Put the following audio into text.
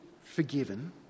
forgiven